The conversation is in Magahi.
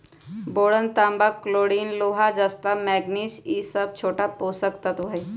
बोरन तांबा कलोरिन लोहा जस्ता मैग्निज ई स छोट पोषक तत्त्व हई